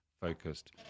focused